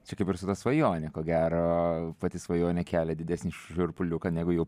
čia kaip ir su ta svajone ko gero pati svajonė kelia didesnį šiurpuliuką negu jau